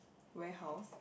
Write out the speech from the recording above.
warehouse